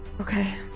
okay